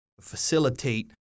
facilitate